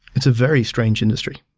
it's a very strange industry.